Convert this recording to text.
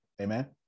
Amen